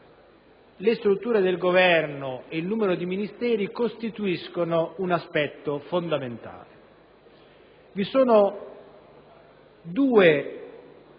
La struttura del Governo ed il numero dei Ministeri costituiscono aspetti fondamentali